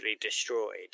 destroyed